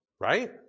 Right